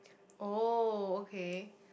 oh okay